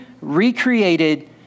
recreated